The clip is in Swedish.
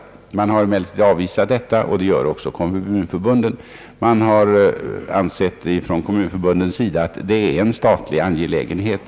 Gruppen har emellertid avvisat den tanken, och det gör också Kommunförbundet, som anser att detta är en statlig angelägenhet.